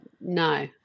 no